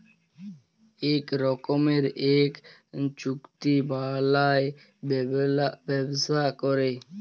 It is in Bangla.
ইক রকমের ইক চুক্তি বালায় ব্যবসা ক্যরে